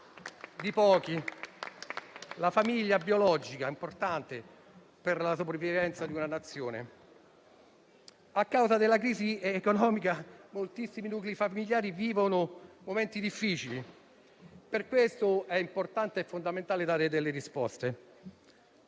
La famiglia biologica è importante per la sopravvivenza di una Nazione e a causa della crisi economica moltissimi nuclei familiari vivono momenti difficili. Per questo è importante dare delle risposte.